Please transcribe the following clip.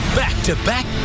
back-to-back